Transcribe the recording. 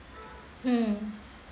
mm